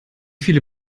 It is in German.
viele